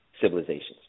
civilizations